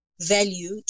value